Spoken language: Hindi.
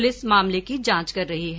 पुलिस मामले की जांच कर रही है